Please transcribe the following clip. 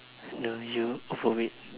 don't you will vomit